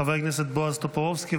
חבר הכנסת בועז טופורובסקי.